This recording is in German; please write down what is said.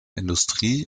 industrie